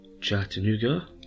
Chattanooga